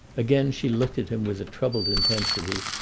again she looked at him with a troubled intensity,